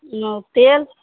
नहि तेल